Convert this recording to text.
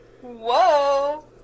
Whoa